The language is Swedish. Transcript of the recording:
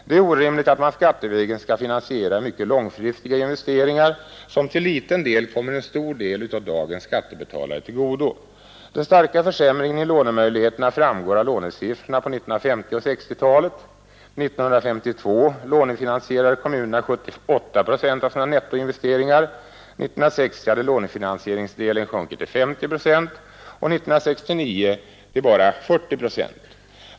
Det är orimligt att man skattevägen skall finansiera mycket långfristiga investeringar som till liten del kommer en stor del av dagens skattebetalare till godo. Den starka försämringen av lånemöjligheterna framgår av lånesiffrorna för 1950—1960-talen. 1952 lånefinansierade kommunerna 78 procent av sina nettoinvesteringar. 1960 hade lånefinansieringsdelen sjunkit till 50 procent och 1969 till bara 40 procent.